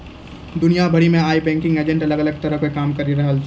दुनिया भरि मे आइ बैंकिंग एजेंट अलग अलग तरहो के काम करि रहलो छै